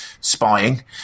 spying